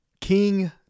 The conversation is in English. King